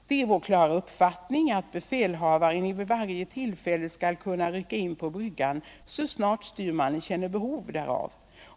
Det är vår klara uppfattning att befälhavaren i varje tillfälle skall kunna rycka in på bryggan så snart styrmannen känner behov härav.